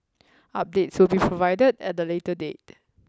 updates will be provided at a later date